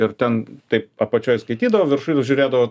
ir ten taip apačioj skaitydavo viršuj žiūrėdavo